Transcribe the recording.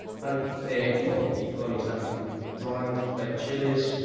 but the mojo picon is done with dried red chilies,